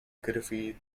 krwi